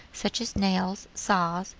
such as nails, saws,